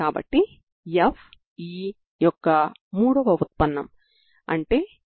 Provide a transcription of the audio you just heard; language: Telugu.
కాబట్టి ఇక్కడ ఉన్న ψ విలువ ψ అవుతుంది